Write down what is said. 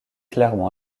clairement